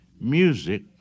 Music